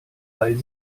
weil